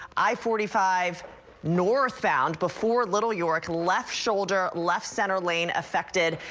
i forty five northbound before little york, left shoulder, left center lane affected.